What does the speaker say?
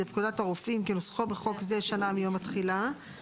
לפקודת הרופאים כנוסחו בחוק זה שנה מיום התחילה".